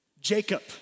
Jacob